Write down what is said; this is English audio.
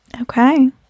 Okay